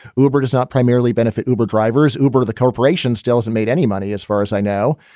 uber does not primarily benefit uber drivers. uber the corporations. delta made any money, as far as i know.